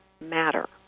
matter